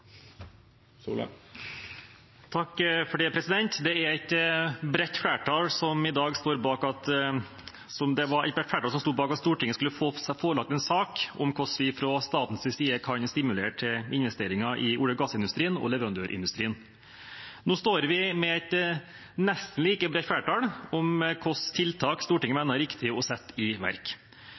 Det var et bredt flertall som sto bak at Stortinget skulle få seg forelagt en sak om hvordan vi fra statens side kan stimulere til investeringer i olje- og gassindustrien og leverandørindustrien. Nå står vi med et nesten like bredt flertall om hvilke tiltak Stortinget mener er riktig å sette i verk.